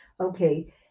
Okay